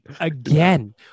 again